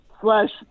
slash